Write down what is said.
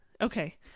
Okay